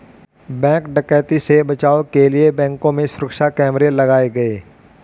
bank डकैती से बचाव के लिए बैंकों में सुरक्षा कैमरे लगाये गये